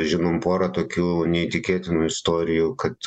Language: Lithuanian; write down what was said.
žinom porą tokių neįtikėtinų istorijų kad